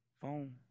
Phone